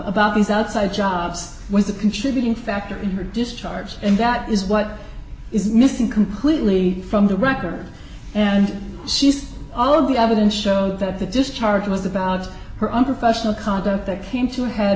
about these outside jobs was a contributing factor in her discharge and that is what is missing completely from the record and she's all of the evidence show that the discharge was about her unprofessional conduct that came to a head